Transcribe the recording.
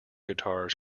guitars